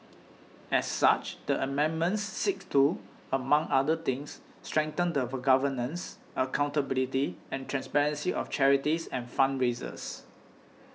as such the amendments seek to among other things strengthen the governance accountability and transparency of charities and fundraisers